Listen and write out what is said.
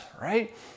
right